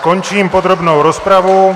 Končím podrobnou rozpravu.